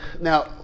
Now